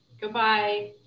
Goodbye